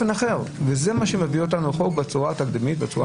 זה מה שמביא אותנו לנהוג בחוק בצורה תקדימית ובצורה